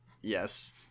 Yes